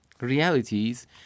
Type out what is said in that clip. realities